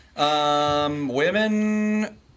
Women